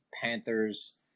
Panthers